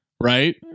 right